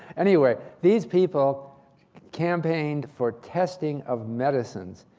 anyway, these people campaigned for testing of medicines.